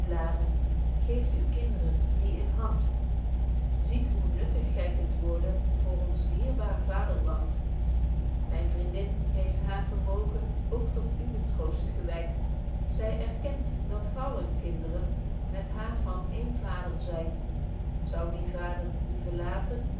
geeft uw kinderen die in hand ziet hoe nuttig gy kunt worden voor ons dierbaar vaderland myn vriendin heeft haar vermogen k tot uwen troost gewyd zy erkent dat ge allen kindren met haar van één vader zyt zou die vader u verlaten